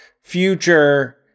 future